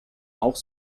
auch